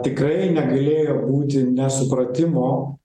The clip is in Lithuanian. tikrai negalėjo būti nesupratimo